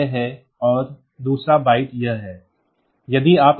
तो पहला यह है और दूसरा बाइट यह है